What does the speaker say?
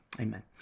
Amen